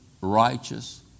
righteous